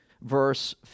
verse